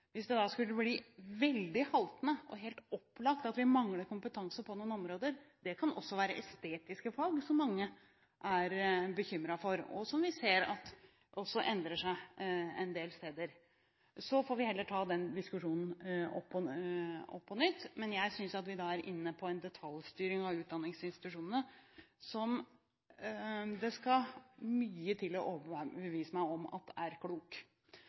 Hvis det skulle bli veldig haltende og helt opplagt at vi manglet kompetanse på noen områder – det kan også være i estetiske fag, som mange er bekymret for, og som vi ser også endrer seg en del steder – får vi heller ta den diskusjonen opp på nytt. Men jeg synes at vi da er inne på en detaljstyring av utdanningsinstitusjonene som det skal mye til å overbevise meg om er klok.